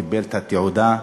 קיבל את התעודה,